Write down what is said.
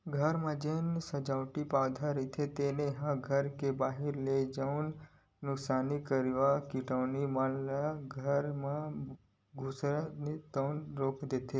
घर म जेन सजावटी पउधा रहिथे तेन ह घर के बाहिर ले जउन ह नुकसानी करइया कीटानु मन ल घर म खुसरथे तउन ल रोक देथे